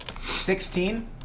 Sixteen